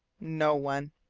no one.